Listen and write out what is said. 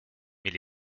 mais